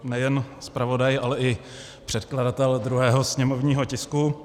Nejen zpravodaj, ale i předkladatel druhého sněmovního tisku.